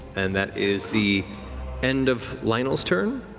and that is the end of lionel's turn.